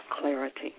clarity